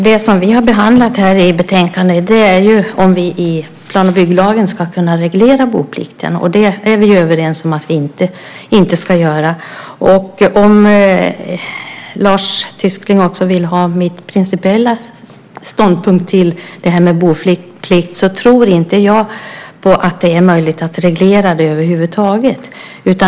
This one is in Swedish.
Herr talman! Det vi har behandlat i betänkandet är om vi i plan och bygglagen ska kunna reglera boplikten. Det är vi överens om att vi inte ska göra. Om Lars Tysklind vill ha min principiella ståndpunkt i frågan om boplikt tror inte jag på att det är möjligt att reglera det över huvud taget.